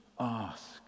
Ask